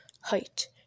Height